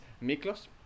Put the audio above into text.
Miklos